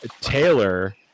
Taylor